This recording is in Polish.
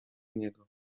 niego